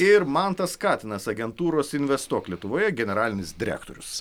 ir mantas katinas agentūros investuok lietuvoje generalinis direktorius